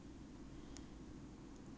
一个月还多少